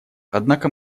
однако